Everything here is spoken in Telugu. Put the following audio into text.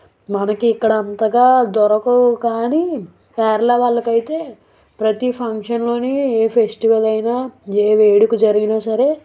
మనకి ఇక్కడ అంతగా దొరకవు కానీ కేరళ వాళ్ళకి అయితే ప్రతీ ఫంక్షన్లో ఏ ఫెస్టివల్ అయిన ఏ వేడుక జరిగిన సరే